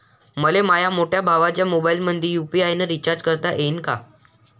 मले माह्या मोठ्या भावाच्या मोबाईलमंदी यू.पी.आय न रिचार्ज करता येईन का?